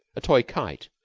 a toy kite,